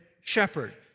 shepherd